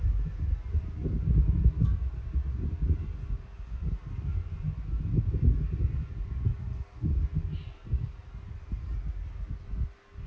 it